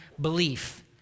belief